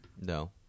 No